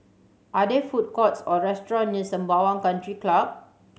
are there food courts or restaurant near Sembawang Country Club